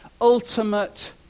ultimate